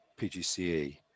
PGCE